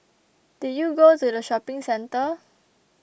did you go to the shopping centre